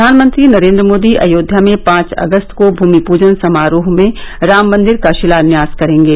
प्रधानमंत्री नरेन्द्र मोदी अयोध्या में पांच अगस्त को भूमि पूजन समारोह में राम मंदिर का शिलान्यास करेंगे